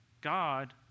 God